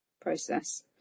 process